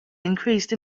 increased